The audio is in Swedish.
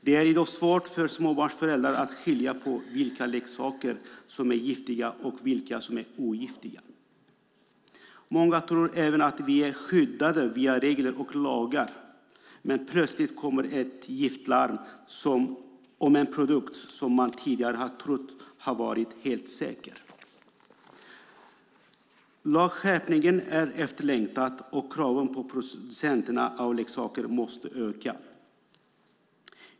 Det är i dag svårt för småbarnsföräldrar att skilja på vilka leksaker som är giftiga och vilka som är ogiftiga. Många tror att vi är skyddade via regler och lagar, men plötsligt kommer ett giftlarm om en produkt som man tidigare har trott har varit helt säker. Lagskärpningen är efterlängtad. Kraven på leksaksproducenterna måste öka.